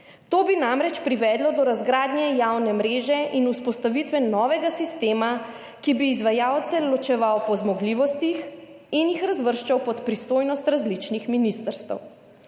To bi namreč privedlo do razgradnje javne mreže in vzpostavitve novega sistema, ki bi izvajalce ločeval po zmogljivostih in jih razvrščal pod pristojnost različnih ministrstev.